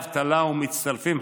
יש לי גם